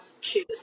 choose